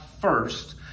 first